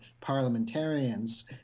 parliamentarians